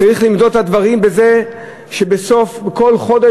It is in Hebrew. צריך למדוד את הדברים בזה שבסוף כל חודש